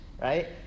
right